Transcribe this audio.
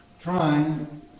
trying